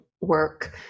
work